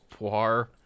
Poir